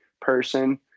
person